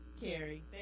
Carrie